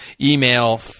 Email